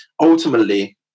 ultimately